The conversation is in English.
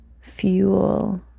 fuel